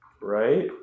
Right